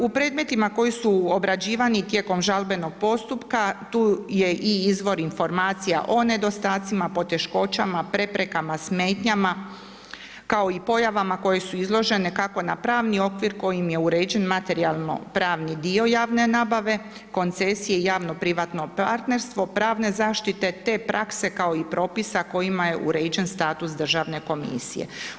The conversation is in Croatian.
U predmetima koji su obrađivani tijekom žalbenog postupka tu je i izvor informacija o nedostacima, poteškoćama, preprekama, smetnjama, kao i pojavama koje su izložene kako na pravni okvir kojim je uređen materijalno pravni dio javne nabave, koncesije, javno privatno partnerstvo, pravne zaštite te prakse kao i propisa kojima je uređen status Državne komisije.